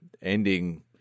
ending